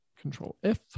Control-F